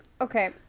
okay